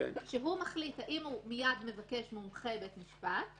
הוא מחליט אם הוא מיד מבקש מומחה בית משפט,